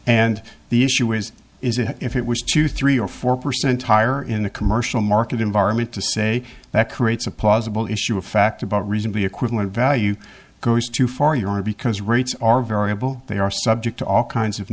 and the issue is is it if it was two three or four percent higher in the commercial market environment to say that creates a plausible issue of fact about reason the equivalent value goes to far your because rates are variable they are subject to all kinds of